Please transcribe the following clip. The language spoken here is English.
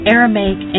Aramaic